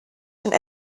schon